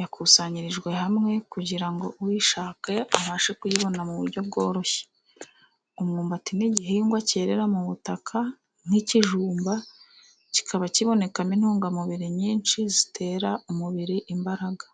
yakusanyirijwe hamwe kugira ngo uyishaka abashe kuyibona mu buryo bworoshye. Umwumbati ni igihingwa cyerera mu butaka nk’ikijumba, kikaba kibonekamo intungamubiri nyinshi zitera umubiri imbaraga.